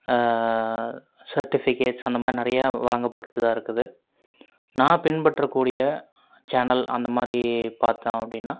certificates அந்தமாதிரி நிறையா வழங்கப்பட்டுட்டு தான் இருக்குது நான் பின்பற்றக்கூடிய சேனல் அந்தமாதிரி பார்த்தோம் அப்படின்னா